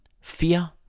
fear